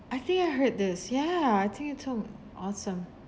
I think I heard this ya I think it's som~ awesome